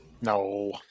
No